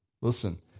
Listen